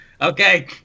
Okay